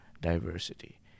diversity